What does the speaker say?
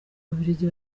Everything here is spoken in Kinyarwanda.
bubiligi